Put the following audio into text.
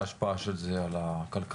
ההשפעה של זה על הכלכלה,